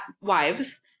wives